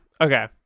okay